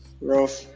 rough